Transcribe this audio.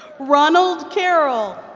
ronald carroll.